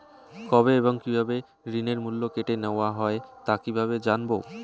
কবে এবং কিভাবে ঋণের মূল্য কেটে নেওয়া হয় তা কিভাবে জানবো?